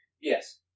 Yes